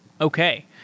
Okay